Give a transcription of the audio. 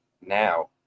now